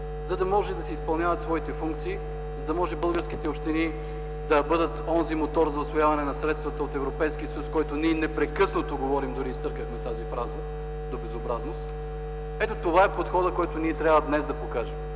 за да могат да изпълняват своите функции и да могат българските общини да бъдат онзи мотор за усвояване на средствата от Европейския съюз, за което ние непрекъснато говорим, дори изтъркахме тази фраза до безобразност. Ето това е подходът, който ние днес трябва да приложим.